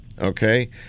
Okay